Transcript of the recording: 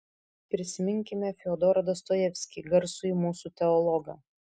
prisiminkime fiodorą dostojevskį garsųjį mūsų teologą